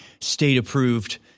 state-approved